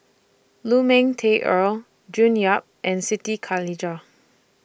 Lu Ming Teh Earl June Yap and Siti Khalijah